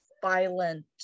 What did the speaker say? violent